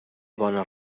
bones